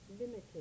limited